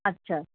আচ্ছা